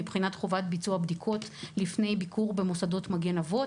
מבחינת חובת ביצוע בדיקות לפני ביקור במוסדות מגן אבות.